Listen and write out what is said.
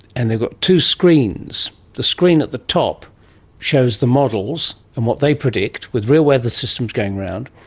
and they've got two screens, the screen at the top shows the models and what they predict with real weather systems going around,